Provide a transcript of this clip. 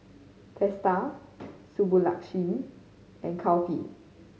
Teesta Subbulakshmi and Kapil